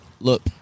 look